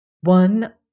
One